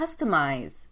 customize